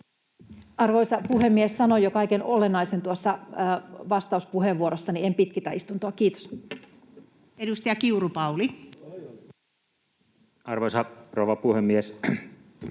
Arvoisa puhemies! Sanoin jo kaiken olennaisen tuossa vastauspuheenvuorossani. En pitkitä istuntoa. — Kiitos. Edustaja Kiuru, Pauli. Arvoisa rouva puhemies!